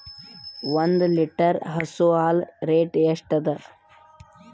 ಒಂದ್ ಲೀಟರ್ ಹಸು ಹಾಲ್ ರೇಟ್ ಎಷ್ಟ ಅದ?